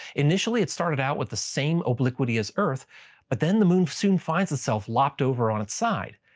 initially it started out with the same obliquity as earth but then the moon soon finds himself lopped over on its side.